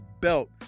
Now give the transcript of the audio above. belt